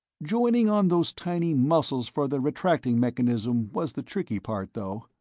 joining on those tiny muscles for the retracting mechanism was the tricky part though.